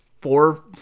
four